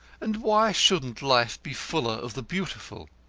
and why shouldn't life be fuller of the beautiful?